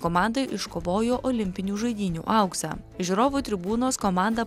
komandai iškovojo olimpinių žaidynių auksą žiūrovų tribūnos komandą